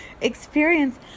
experience